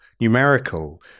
numerical